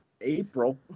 April